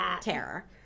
terror